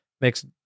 makes